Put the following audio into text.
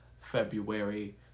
February